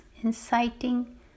inciting